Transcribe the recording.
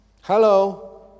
Hello